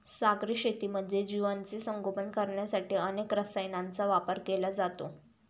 सागरी शेतीमध्ये जीवांचे संगोपन करण्यासाठी अनेक वेळा रसायनांचा वापर केला जातो